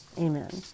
Amen